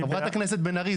חברת הכנסת בן ארי,